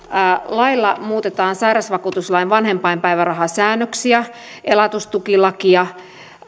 lailla muutetaan sairausvakuutuslain vanhempainpäivärahasäännöksiä elatustukilakia